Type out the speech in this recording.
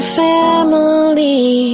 family